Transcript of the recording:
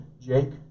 Jake